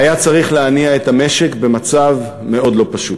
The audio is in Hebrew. והיה צריך להניע את המשק במצב מאוד לא פשוט.